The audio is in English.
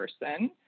person